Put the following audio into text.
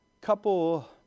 couple